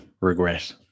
regret